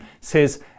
says